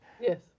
Yes